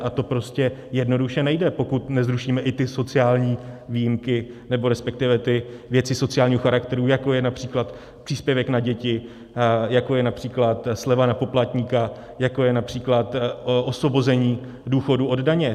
A to prostě jednoduše nejde, pokud nezrušíme i ty sociální výjimky, nebo respektive ty věci sociálního charakteru, jako je například příspěvek na děti, jako je například sleva na poplatníka, jako je například osvobození důchodu od daně.